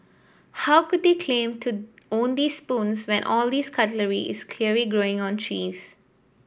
how could they claim to own these spoons when all these cutlery is clearly growing on trees